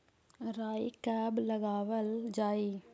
राई कब लगावल जाई?